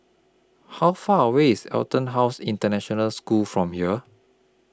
How Far away IS Etonhouse International School from here